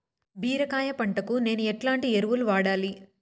బీరకాయ పంటకు నేను ఎట్లాంటి ఎరువులు వాడాలి?